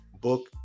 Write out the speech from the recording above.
book